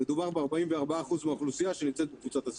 מדובר ב-44% מהאוכלוסייה שנמצאת בקבוצת הסיכון,